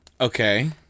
Okay